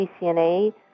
CCNA